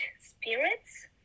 spirits